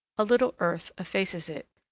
a little earth effaces it,